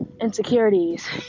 insecurities